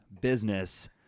business